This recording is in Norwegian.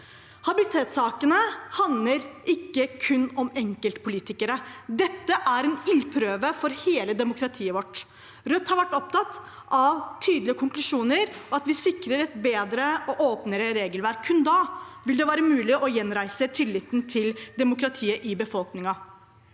Habilitetssakene handler ikke kun om enkeltpolitikere. Dette er en ildprøve for hele demokratiet vårt. Rødt har vært opptatt av tydelige konklusjoner og at vi sikrer et bedre og åpnere regelverk. Kun da vil det være mulig å gjenreise tilliten til demokratiet i befolkningen.